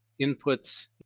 inputs